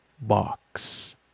box